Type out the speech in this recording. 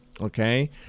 okay